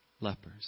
lepers